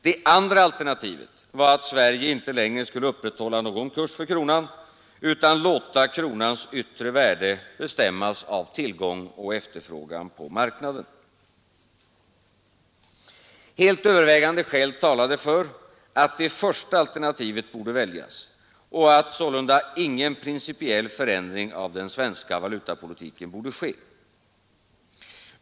Det andra alternativet var att Sverige inte längre skulle upprätthålla någon kurs för kronan utan låta kronans yttre värde bestämmas av tillgång och efterfrågan på marknaden. Helt övervägande skäl talade för att det första alternativet borde väljas och att sålunda ingen principiell förändring av den svenska valutapolitiken borde ske.